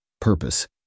Purpose